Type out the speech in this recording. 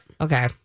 Okay